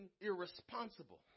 irresponsible